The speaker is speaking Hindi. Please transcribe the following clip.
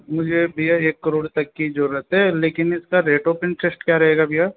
मुझे भैया एक करोड़ तक की जरूरत है लेकिन इसका रेट ऑफ इन्टरेस्ट क्या रहेगा भैया